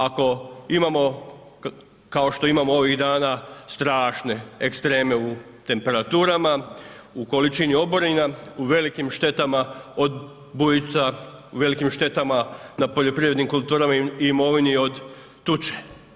Ako imamo kao što imamo ovih dana strašne ekstreme u temperaturama, u količini oborina, u velikim štetama od bujica, u velikim štetama na poljoprivrednim kulturama i imovini od tuče.